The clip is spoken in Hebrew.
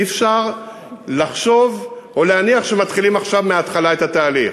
אי-אפשר לחשוב או להניח שמתחילים עכשיו מההתחלה את התהליך.